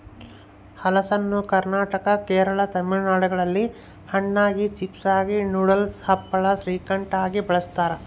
ಹಲಸನ್ನು ಕರ್ನಾಟಕ ಕೇರಳ ತಮಿಳುನಾಡುಗಳಲ್ಲಿ ಹಣ್ಣಾಗಿ, ಚಿಪ್ಸಾಗಿ, ನೂಡಲ್ಸ್, ಹಪ್ಪಳ, ಶ್ರೀಕಂಠ ಆಗಿ ಬಳಸ್ತಾರ